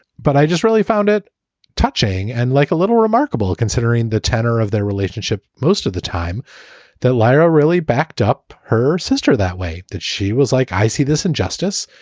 but i just really found it touching. and like a little remarkable considering the tenor of their relationship most of the time that lyra really backed up her sister that way, that she was like, i see this injustice.